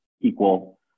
equal